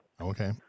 Okay